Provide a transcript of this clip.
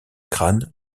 crâne